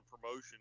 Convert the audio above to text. promotion